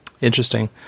Interesting